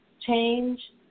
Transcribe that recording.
change